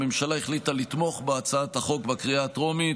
הממשלה החליטה לתמוך בהצעת החוק בקריאה הטרומית,